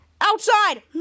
outside